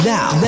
Now